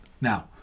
Now